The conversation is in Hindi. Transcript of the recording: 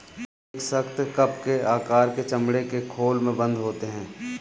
यह एक सख्त, कप के आकार के चमड़े के खोल में बन्द होते हैं